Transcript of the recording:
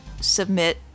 submit